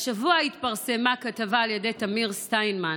השבוע התפרסמה כתבה של תמיר סטיינמן